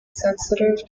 sensitive